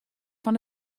fan